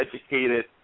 educated